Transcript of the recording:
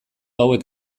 hauek